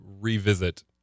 revisit